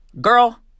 Girl